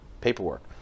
paperwork